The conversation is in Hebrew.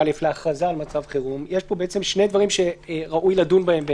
להכרזה על מצב חירום ויש פה שני דברים שראוי לדון בהם.